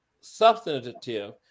substantive